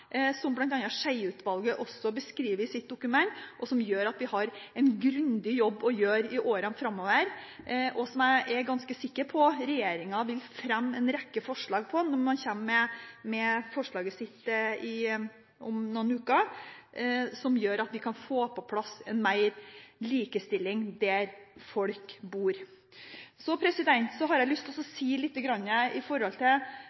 utfordringer, som bl.a. også Skjeie-utvalget skriver i sitt dokument. Vi har en grundig jobb å gjøre i årene framover. Jeg er ganske sikker på regjeringen vil fremme en rekke forslag når den kommer med forslaget sitt om noen uker, slik at vi kan få på plass mer likestilling der folk bor. Jeg har lyst til